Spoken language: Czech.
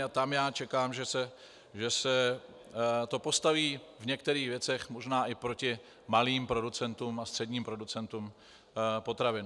A tam já čekám, že se to postaví v některých věcech možná i proti malým producentům a středním producentům potravin.